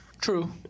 True